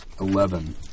Eleven